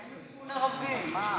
מה עם מצפון ערבי, מה?